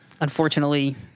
unfortunately